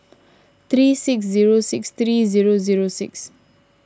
three six zero six three zero zero six